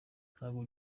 ntabwo